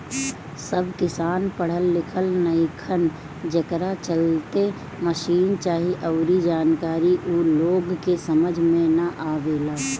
सब किसान पढ़ल लिखल नईखन, जेकरा चलते मसीन चाहे अऊरी जानकारी ऊ लोग के समझ में ना आवेला